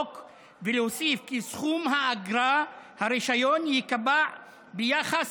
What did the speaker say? ולהוסיף כי סכום אגרת הרישיון ייקבע ביחס